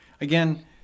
again